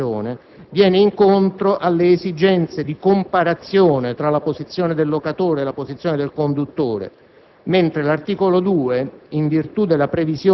o nelle condizioni di necessità sopraggiunta dell'abitazione, viene incontro alle esigenze di comparazione tra la posizione del locatore e la posizione del conduttore,